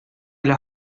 әле